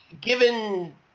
given